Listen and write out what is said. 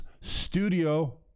studio